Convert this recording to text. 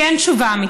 כי אין תשובה אמיתית.